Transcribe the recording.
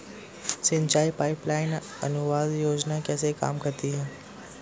सिंचाई pipeline अनुदान योजना कैसे काम करती है?